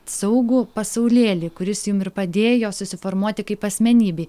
saugų pasaulėlį kuris jum ir padėjo susiformuoti kaip asmenybei